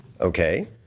Okay